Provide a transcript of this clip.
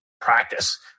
practice